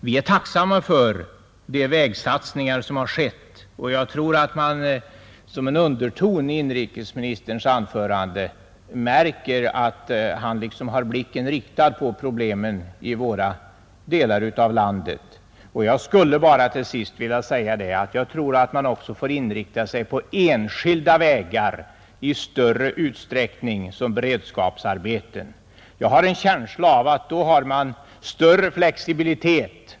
Vi är tacksamma för de vägsatsningar som har skett, och jag tyckte att man märkte en underton i inrikesministerns anförande som tyder på att han har blicken riktad mot problemen i våra delar av landet. Jag skulle bara till sist vilja säga att jag tror att man bör inrikta sig i större utsträckning också på enskilda vägar som beredskapsarbeten. Jag har en känsla av att då får man större flexibilitet.